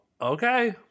Okay